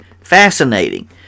fascinating